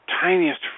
tiniest